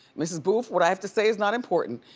mrs. boof, what i have to say is not important.